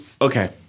Okay